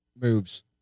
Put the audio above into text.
moves